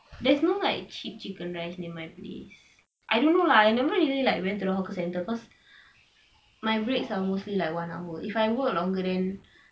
there's no like cheap chicken rice near my place I don't know lah I never really like went to the hawker centre cause my break is like mostly like one hour if I work longer then